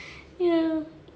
ya